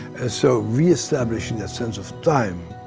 and so reestablishing that sense of time,